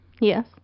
yes